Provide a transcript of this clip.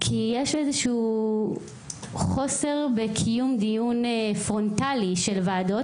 כי יש איזה חוסר בקיום דיון פרונטלי של ועדות,